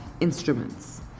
instruments